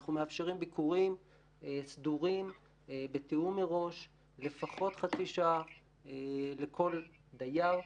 אנחנו מאפשרים ביקורים סדורים בתיאום מראש של לפחות חצי שעה לכל דייר.